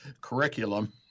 curriculum